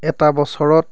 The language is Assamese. এটা বছৰত